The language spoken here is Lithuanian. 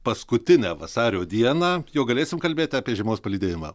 paskutinę vasario dieną jau galėsim kalbėti apie žiemos palydėjimą